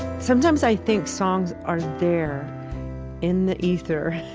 sometimes i think songs are there in the ether